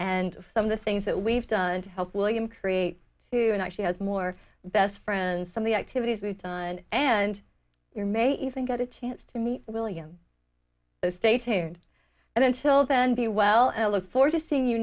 and some of the things that we've done to help william perry who actually has more best friends some the activities we've done and you're may even got a chance to meet william stay tuned and until then be well and look forward to seeing you